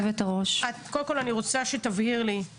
בסדר גמור, גברתי יושבת-הראש.